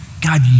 God